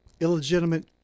illegitimate